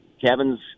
Kevin's